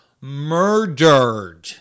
Murdered